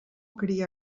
cria